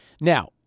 Now